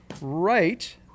right